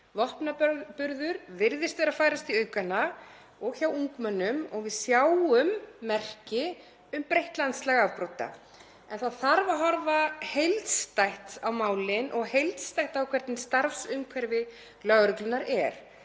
Vopnaburður virðist vera að færast í aukana hjá ungmennum og við sjáum merki um breytt landslag afbrota. Það þarf að horfa heildstætt á málin og heildstætt á hvernig starfsumhverfi lögreglunnar er.